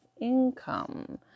income